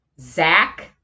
Zach